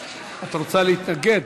את רוצה להתנגד?